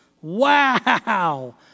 Wow